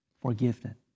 forgiven